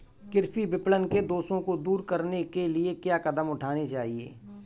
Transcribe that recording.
कृषि विपणन के दोषों को दूर करने के लिए क्या कदम उठाने चाहिए?